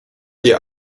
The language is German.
ihr